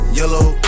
yellow